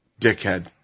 dickhead